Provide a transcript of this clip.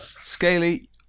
Scaly